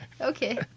Okay